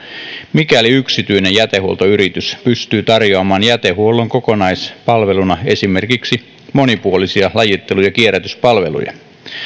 mikäli yksityinen jätehuoltoyritys pystyy tarjoamaan jätehuollon kokonaispalveluna esimerkiksi monipuolisia lajittelu ja kierrätyspalveluja